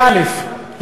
באל"ף,